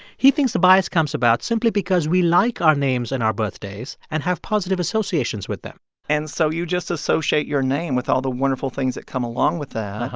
he thinks the bias comes about simply because we like our names and our birthdays and have positive associations with them and so you just associate your name with all the wonderful things that come along with that.